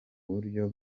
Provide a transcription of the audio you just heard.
buryo